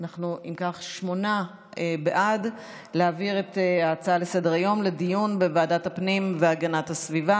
שמונה בעד להעביר את ההצעה לסדר-היום לדיון בוועדת הפנים והגנת הסביבה,